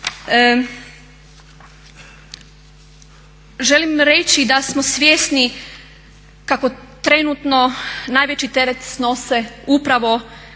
želim reći da smo svjesni kako trenutno najveći teret snose upravo